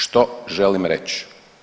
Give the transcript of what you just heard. Što želim reći?